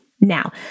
Now